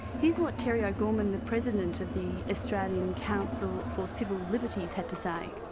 here's what terry o'gorman, the president of the australian council for civil liberties, had to say.